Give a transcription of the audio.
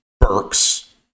Burks